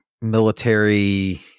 military